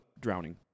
drowning